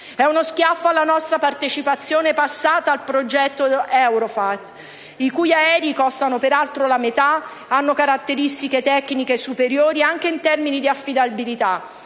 È uno schiaffo alla nostra partecipazione passata al progetto Eurofighter, i cui aerei costano peraltro la metà e hanno caratteristiche tecniche superiori anche in termini di affidabilità;